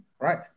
right